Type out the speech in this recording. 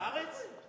בארץ?